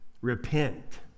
repent